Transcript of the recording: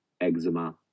eczema